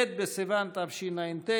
ט' בסיוון התשע"ט,